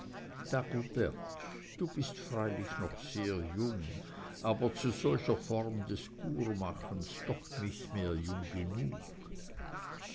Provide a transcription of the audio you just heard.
du bist freilich noch sehr jung aber zu solcher form des courmachers doch nicht mehr jung genug